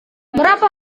berapa